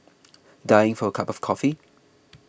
dying for a cup of coffee